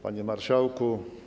Panie Marszałku!